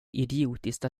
idiotiskt